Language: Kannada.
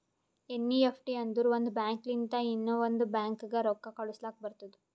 ಎನ್.ಈ.ಎಫ್.ಟಿ ಅಂದುರ್ ಒಂದ್ ಬ್ಯಾಂಕ್ ಲಿಂತ ಇನ್ನಾ ಒಂದ್ ಬ್ಯಾಂಕ್ಗ ರೊಕ್ಕಾ ಕಳುಸ್ಲಾಕ್ ಬರ್ತುದ್